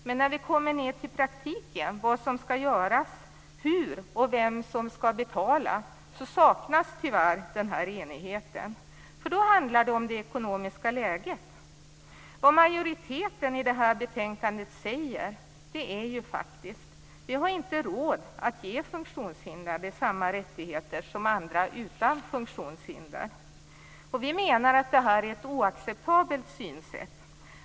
Men när det kommer till praktiken - vad som skall göras, hur det skall göras och vem som skall betala - saknas tyvärr enigheten, för då handlar det om det ekonomiska läget. Vad majoriteten säger i betänkandet är ju faktiskt: Vi har inte råd att ge funktionshindrade samma rättigheter som andra utan funktionshinder. Vi menar att detta är ett oacceptabelt synsätt.